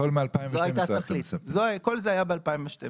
כל זה היה ב-2012.